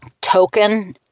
token